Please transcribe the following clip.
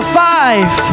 five